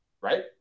right